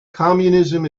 communism